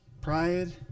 pride